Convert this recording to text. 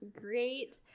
great